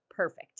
Perfect